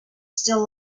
still